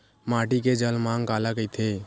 माटी के जलमांग काला कइथे?